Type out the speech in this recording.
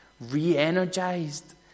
re-energized